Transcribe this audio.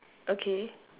okay